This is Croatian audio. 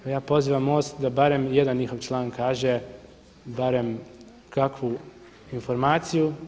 Ja pozivam Most da barem jedan njihov član kaže barem kakvu informaciju.